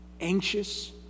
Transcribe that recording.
anxious